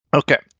okay